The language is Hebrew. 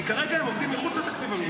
כי כרגע הם עובדים מחוץ לתקציב המיוחד.